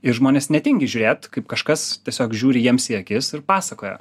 ir žmonės netingi žiūrėt kaip kažkas tiesiog žiūri jiems į akis ir pasakoja